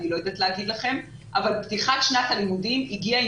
אני לא יודעת להגיד לכם אבל פתיחת שנת הלימודים הגיעה עם